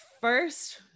first